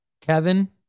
Kevin